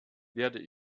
werde